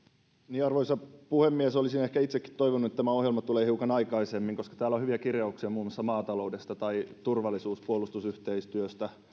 arvoisa puhemies olisin ehkä itsekin toivonut että tämä ohjelma olisi tullut hiukan aikaisemmin koska täällä on hyviä kirjauksia muun muassa maataloudesta tai turvallisuus ja puolustusyhteistyöstä